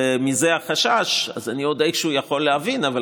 ומזה החשש, אז אני עוד איכשהו יכול להבין.